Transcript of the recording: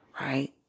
Right